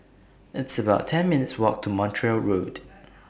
It's about ten minutes' Walk to Montreal Road